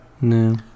No